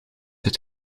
het